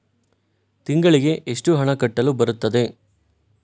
ತಿಂಗಳಿಗೆ ಎಷ್ಟು ಹಣ ಕಟ್ಟಲು ಬರುತ್ತದೆ?